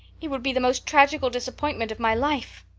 it would be the most tragical disappointment of my life.